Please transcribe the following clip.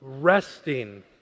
Resting